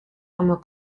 como